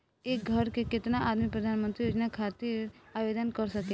एक घर के केतना आदमी प्रधानमंत्री योजना खातिर आवेदन कर सकेला?